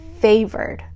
favored